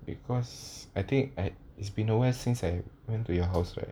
because I think I it's been awhile since I went to your house [what]